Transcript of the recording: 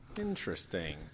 Interesting